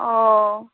ও